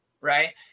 right